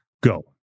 Go